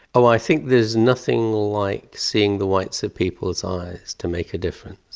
oh i think there's nothing like seeing the whites of people's eyes to make a difference.